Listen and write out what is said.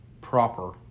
proper